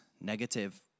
negative